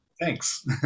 Thanks